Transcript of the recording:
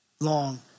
long